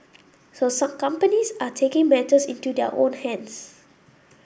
so some companies are taking matters into their own hands